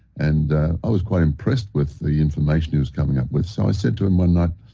and i was quite impressed with the information he was coming up with, so i said to him one night,